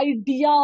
idea